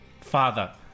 Father